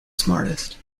smartest